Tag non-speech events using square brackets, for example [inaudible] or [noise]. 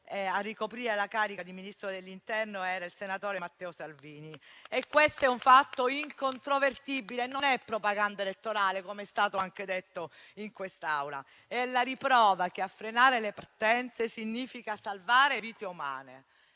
a ricoprire la carica di Ministro dell'interno era il senatore Matteo Salvini. [applause] È un fatto incontrovertibile, non propaganda elettorale, com'è stato anche detto in quest'Aula. È la riprova che frenare le partenze significa salvare vite umane: